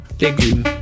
légumes